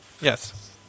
Yes